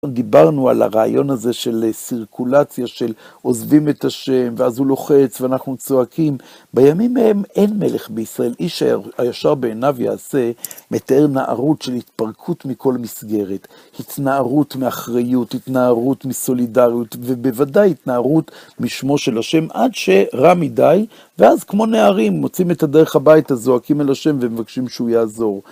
דיברנו על הרעיון הזה של סירקולציה, של עוזבים את ה', ואז הוא לוחץ ואנחנו צועקים. בימים ההם אין מלך בישראל איש הישר בעיניו יעשה, מתאר נערות של התפרקות מכל מסגרת. התנערות מאחריות, התנערות מסולידריות, ובוודאי התנערות משמו של ה', עד שרע מדי. ואז כמו נערים, מוצאים את הדרך הביתה, זועקים אל ה' ומבקשים שהוא יעזור.